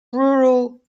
rural